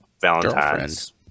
Valentine's